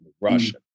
Russian